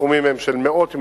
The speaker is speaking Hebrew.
הסכומים הם של מאות מיליונים,